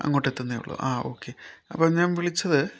അങ്ങോട്ടെത്തുന്നതേ ഉള്ളൂ ആ ഓക്കേ അപ്പം ഞാൻ വിളിച്ചത്